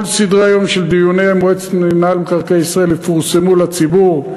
כל סדרי-היום של דיוני מועצת מינהל מקרקעי ישראל יפורסמו לציבור,